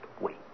wait